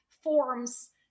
forms